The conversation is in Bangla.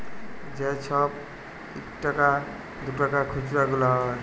যে ছব ইকটাকা দুটাকার খুচরা গুলা হ্যয়